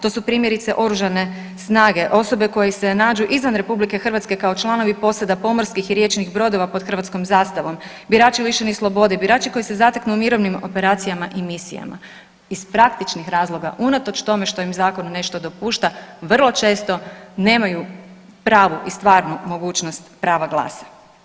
To su primjerice oružane snage, osobe koje se nađu izvan RH kao članovi posada, pomorskih i riječnih brodova pod hrvatskom zastavom, birači lišeni slobode, birači koji se zateknu u mirovnim operacijama i misijama, iz praktičnih razloga unatoč tome što im zakon nešto dopušta vrlo često nemaju pravu i stvarnu mogućnost prava glasa.